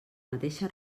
mateixa